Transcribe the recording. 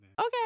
Okay